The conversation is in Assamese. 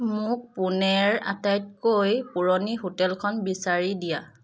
মোক পুনেৰ আটাইতকৈ পুৰণি হোটেলখন বিচাৰি দিয়া